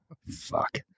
Fuck